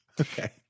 okay